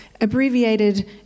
abbreviated